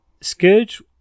Scourge